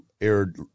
aired